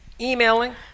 emailing